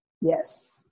yes